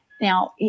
Now